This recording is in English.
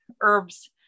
herbs